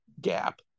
gap